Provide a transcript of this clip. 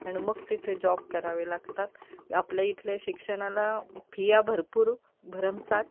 अण मग तिथे जॉब करावे लागतात आपल्या इथले शिक्षणाला फिया भरपूर भरमसाठ